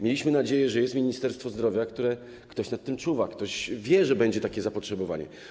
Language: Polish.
Mieliśmy nadzieję, że jest Ministerstwo Zdrowia, że ktoś nad tym czuwa, ktoś wie, że będzie takie zapotrzebowanie.